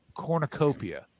Cornucopia